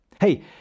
Hey